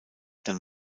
dann